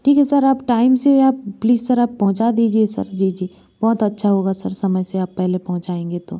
ठीक है सर आप टाइम से आप प्लीज आप पहुँचा दीजिए सर बहुत अच्छा होगा सर समय से आप पहले पहुँच जाएंगे तो